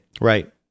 Right